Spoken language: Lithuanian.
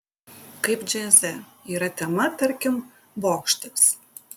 kaip džiaze yra tema tarkim bokštas